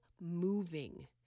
moving